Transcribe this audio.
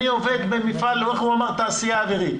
אני עובד במפעל, כמו שהוא אמר, תעשייה אווירית.